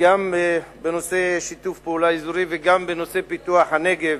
גם בנושא שיתוף פעולה אזורי וגם בנושא פיתוח הנגב,